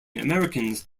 americans